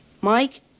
Mike